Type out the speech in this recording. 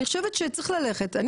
אני חושבת שצריך ללכת.